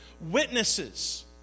Witnesses